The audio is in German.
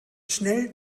schnell